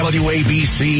wabc